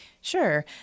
Sure